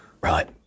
Right